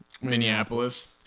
Minneapolis